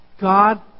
God